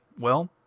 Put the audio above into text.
Well